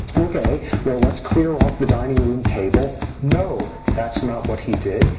ok, well let's clear off the dining room table. no, that's not what he did.